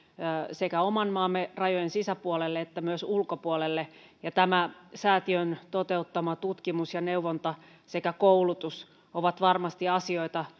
sekä oman maamme rajojen sisäpuolelle että myös ulkopuolelle ja tämä säätiön toteuttama tutkimus ja neuvonta sekä koulutus ovat varmasti asioita